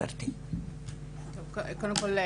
קודם כל,